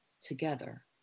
together